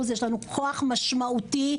יש לנו כוח משמעותי,